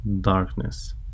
darkness